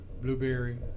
blueberry